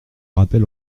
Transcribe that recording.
rappel